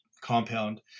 compound